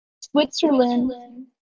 Switzerland